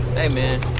hey man.